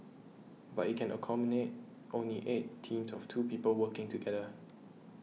but it can accommodate only eight teams of two people working together